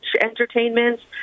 entertainments